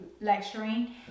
lecturing